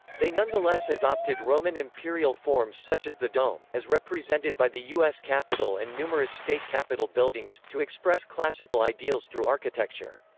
they nonetheless adopted roman imperial forms such as the dome, as represented by the us capitol and numerous state capitol buildings, to express classical ideals through architecture.